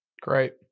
Great